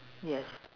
yes